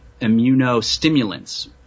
immunostimulants